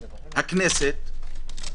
הכנסת,